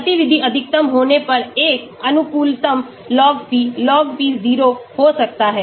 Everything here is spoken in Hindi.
गतिविधि अधिकतम होने पर एक अनुकूलतम log p log p 0 हो सकता है